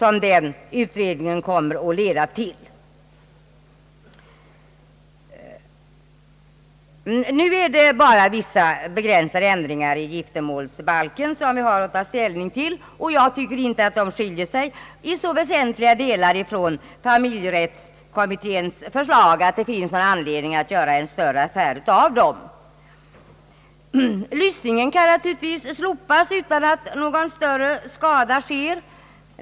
Nu har vi endast att ta ställning till vissa begränsade ändringar i giftermålsbalken, och jag tycker inte att de skiljer sig i så väsentliga delar från familjerättskommitténs förslag att det finns anledning göra någon större affär av dem. Lysningen kan naturligtvis slopas utan att någon större skada sker.